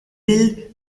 bill